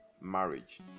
marriage